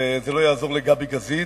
וזה לא יעזור לגבי גזית,